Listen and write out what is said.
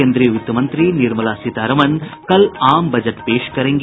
केन्द्रीय वित्तमंत्री निर्मला सीतारमन कल आम बजट पेश करेंगी